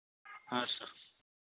हाँ सर